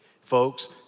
Folks